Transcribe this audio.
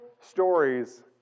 stories